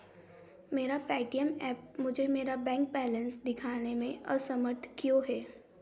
मेरा Paytm app मुझे मेरा बैंक बैलेंस दिखाने में असमर्थ क्यों है